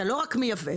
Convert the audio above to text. אתה לא רק מייבא,